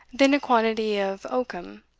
then a quantity of oakum,